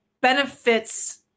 benefits